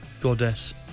Goddess